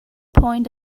point